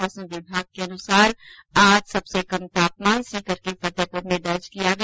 मौसम विभाग के अनुसार आज सबसे कम तापमान सीकर के फतेहपुर में दर्ज किया गया